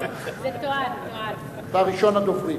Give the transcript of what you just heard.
אתה ראשון הדוברים.